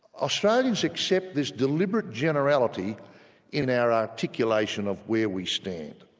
australians accept this deliberate generality in our articulation of where we stand.